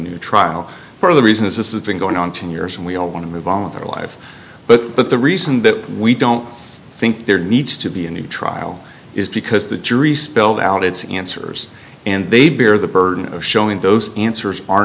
new trial for the reason this is been going on ten years and we all want to move on with their life but the reason that we don't think there needs to be a new trial is because the jury spelled out its answers and they bear the burden of showing those answers are